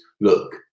Look